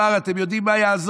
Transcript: הוא אמר: אתם יודעים מה יעזור?